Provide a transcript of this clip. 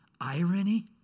irony